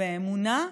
באמונה,